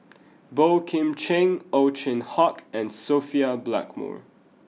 Boey Kim Cheng Ow Chin Hock and Sophia Blackmore